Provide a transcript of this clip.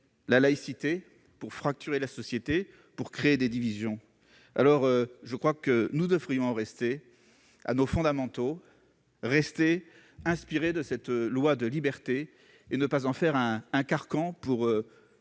la laïcité pour fracturer la société et créer des divisions. Je crois que nous devrions en rester à nos fondamentaux, demeurer inspirés par cette loi de liberté et ne pas en faire un carcan pour